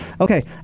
Okay